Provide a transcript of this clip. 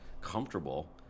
comfortable